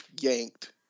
yanked